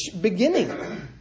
beginning